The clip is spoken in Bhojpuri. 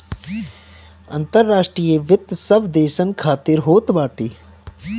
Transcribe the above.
अंतर्राष्ट्रीय वित्त सब देसन खातिर होत बाटे